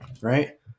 right